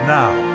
now